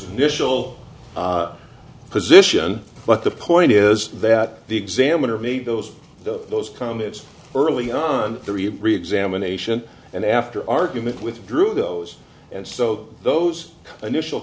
mishal position but the point is that the examiner meet those those comments early on three of reexamination and after argument withdrew those and so those initial